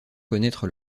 connaître